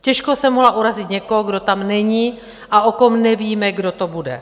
Těžko jsem mohla urazit někoho, kdo tam není a o kom nevíme, kdo to bude.